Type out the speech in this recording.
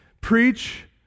Preach